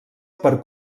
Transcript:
per